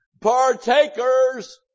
Partakers